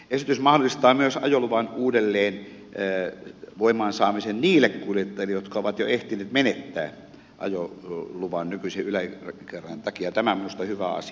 esitys mahdollistaa myös ajoluvan uudelleen voimaan saamisen niille kuljettajille jotka ovat jo ehtineet menettää ajoluvan nykyisen yläikärajan takia ja tämä on minusta hyvä asia